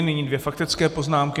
Nyní dvě faktické poznámky.